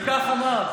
וכך אמר: